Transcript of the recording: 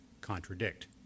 contradict